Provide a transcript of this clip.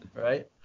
Right